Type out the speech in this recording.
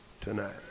tonight